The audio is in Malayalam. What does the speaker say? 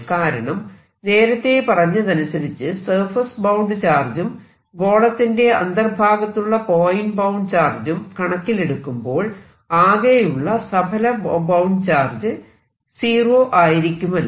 കാരണം നേരത്തെ പറഞ്ഞതനുസരിച്ച് സർഫേസ് ബൌണ്ട് ചാർജും ഗോളത്തിന്റെ അന്തർഭാഗത്തുള്ള പോയിന്റ് ബൌണ്ട് ചാർജും കണക്കിലെടുക്കുമ്പോൾ ആകെയുള്ള സഫല ബൌണ്ട് ചാർജ് സീറോ ആയിരിക്കുമല്ലോ